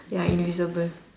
ya invisible